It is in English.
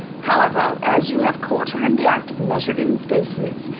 however, as you have caught her in the act of measuring spaces,